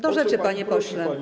Do rzeczy, panie pośle.